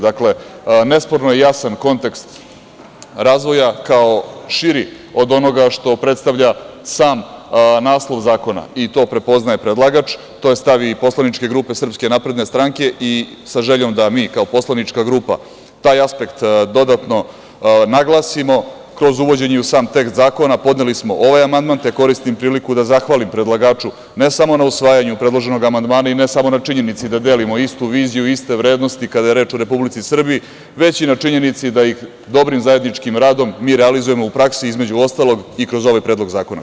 Dakle, nesporno je jasan kontekst razvoja kao širi od onoga što predstavlja sam naslov zakona i to prepoznaje predlagač, to je stav i poslaničke grupe SNS i sa željom da mi kao poslanička grupa taj aspekt dodatno naglasimo kroz uvođenje u sam tekst zakona podneli smo ovaj amandman, te koristim priliku da zahvalim predlagaču ne samo na usvajanju predloženog amandmana i ne samo na činjenici da delimo istu viziju, iste vrednosti kada je reč o Republici Srbiji, već i na činjenici da ih dobrim zajedničkim radom mi realizujemo u praksi, između ostalog i kroz ovaj predlog zakona.